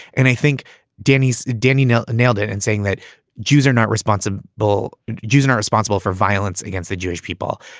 and i think danny's danny nail nailed it and saying that jews are not responsible, jews and are responsible for violence against the jewish people.